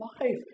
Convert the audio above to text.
life